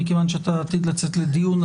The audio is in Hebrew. מכיוון שאתה עתיד לצאת לדיון,